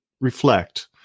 reflect